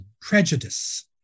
prejudice